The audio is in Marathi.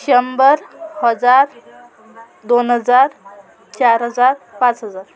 शंभर हजार दोन हजार चार हजार पाच हजार